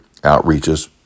outreaches